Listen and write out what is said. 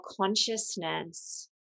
consciousness